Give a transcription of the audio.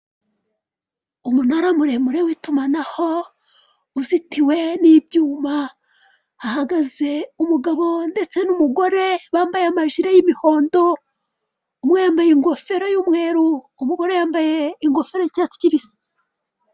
Umunara muremure w'itumanaho uzitiwe n'ibyuma, hahagaze umugabo ndetse n'umugore bambaye amajire y'imihondo, umwe yambaye ingofero y'umweru, umugore yambaye ingofero y'icyatsi kibisi.